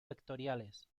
vectoriales